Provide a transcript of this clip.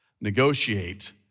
negotiate